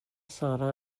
sara